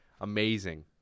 Amazing